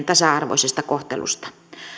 tasa arvoisesta kohtelusta